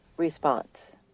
response